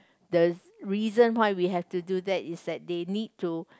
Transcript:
the reason why we have to do that is that they need to